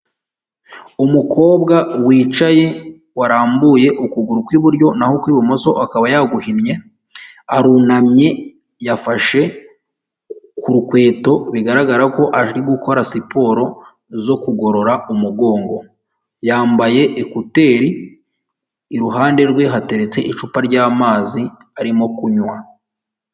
Umukobwa wicaye warambuye ukuguru kw'iburyo naho ukw'ibumoso akaba yaguhinnye, arunamye yafashe ku r’ukweto bigaragara ko ari gukora siporo zo kugorora umugongo. Yambaye ekuteri, iruhande rwe hateretse icupa ry’amazi arimo kunywa.